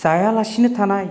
जायालासिनो थानाय